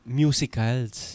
musicals